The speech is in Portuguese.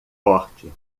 forte